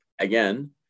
again